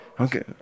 okay